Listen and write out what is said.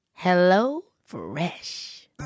HelloFresh